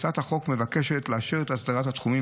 הצעת החוק מבקשת לאשר את הסדרת התחומים